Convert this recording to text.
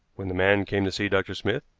when the man came to see dr. smith,